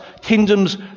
kingdoms